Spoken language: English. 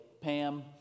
Pam